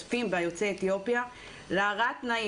יוצאי אתיופיה שמשתתפים בה על הרעת התנאים,